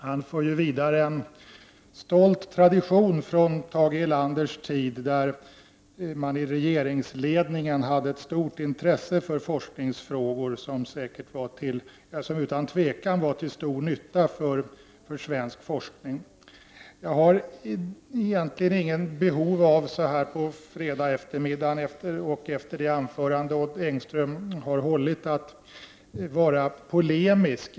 Han för ju vidare en stolt tradition från Tage Erlanders tid, då man i regeringsledningen hade ett stort intresse för forskningsfrågor, som utan tvivel var till stor nytta för svensk forskning. Så här på fredagseftermiddagen, och efter det anförande Odd Engström hållit, har jag egentligen inget behov av att vara polemisk.